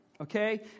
Okay